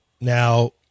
Now